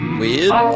weird